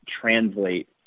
translate